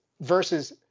versus